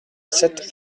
sept